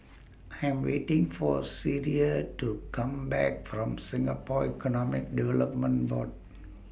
I'm waiting For Sierra to Come Back from Singapore Economic Development Board